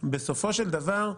בסופו של דבר,